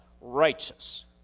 righteous